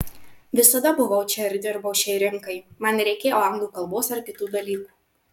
visada buvau čia ir dirbau šiai rinkai man nereikėjo anglų kalbos ar kitų dalykų